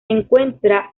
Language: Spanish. encuentra